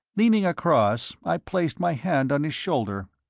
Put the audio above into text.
leaning across, i placed my hand on his shoulder.